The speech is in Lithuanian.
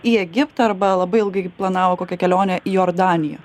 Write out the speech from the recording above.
į egiptą arba labai ilgai planavo kokią kelionę į jordaniją